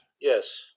Yes